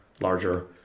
larger